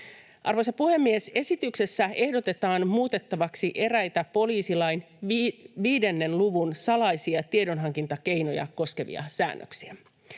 Arvoisa puhemies! Esityksessä ehdotetaan muutettavaksi eräitä poliisilain 5 luvun salaisia tiedonhankintakeinoja koskevia säännöksiä.